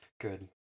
Good